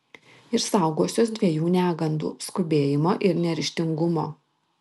ir saugosiuos dviejų negandų skubėjimo ir neryžtingumo